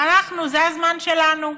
זה הזמן שלנו,